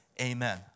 amen